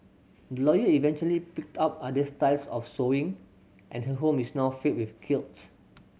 lawyer eventually picked up other styles of sewing and her home is now filled with quilts